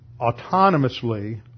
autonomously